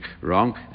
wrong